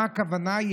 למה הכוונה?